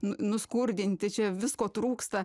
nu nuskurdinti čia visko trūksta